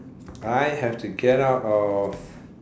I have to get out of